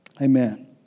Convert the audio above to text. amen